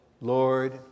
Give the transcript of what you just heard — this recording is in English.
Lord